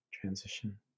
transition